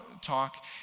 talk